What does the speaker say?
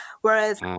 Whereas